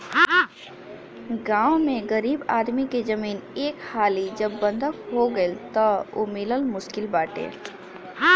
गांव में गरीब आदमी के जमीन एक हाली जब बंधक हो गईल तअ उ मिलल मुश्किल बाटे